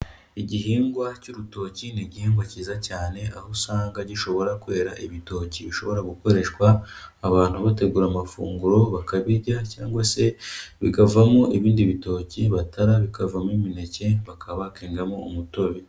Igihingwa cy'urutoki ni igihingwa cyiza cyane, aho usanga gishobora kwera ibitoki bishobora gukoreshwa, abantu bategura amafunguro bakabirya cyangwa se bikavamo ibindi bitoki batara bikavamo imineke bakaba bakwengamo umutobe.